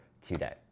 today